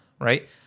right